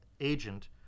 agent